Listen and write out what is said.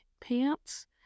pants